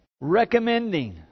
recommending